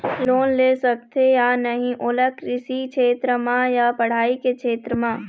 Loan ले सकथे या नहीं ओला कृषि क्षेत्र मा या पढ़ई के क्षेत्र मा?